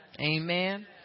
amen